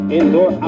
Indoor